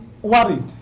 Worried